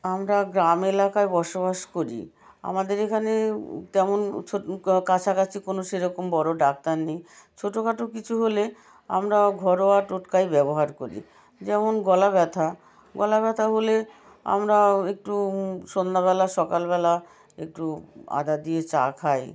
আমরা গ্রাম এলাকায় বসবাস করি আমাদের এখানে তেমন ছোটো কাছাকাছি কোনো সেরকম বড়ো ডাক্তার নেই ছোটোখাটো কিছু হলে আমরা ঘরোয়া টোটকাই ব্যবহার করি যেমন গলা ব্যথা গলা ব্যথা হলে আমরা একটু সন্ধ্যাবেলা সকালবেলা একটু আদা দিয়ে চা খাই